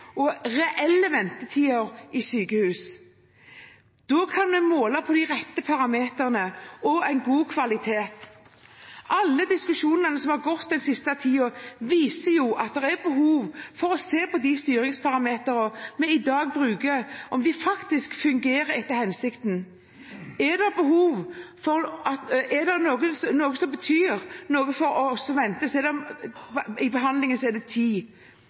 og reelle ventetider i sykehus. Da kan vi måle på de rette parameterne og få en god kvalitet. Alle diskusjonene som har gått den siste tiden, viser at det er behov for å se på om de styringsparameterne som vi i dag bruker, faktisk fungerer etter hensikten. Hvis det er noe i forhold til behandling som betyr noe for oss som venter, er det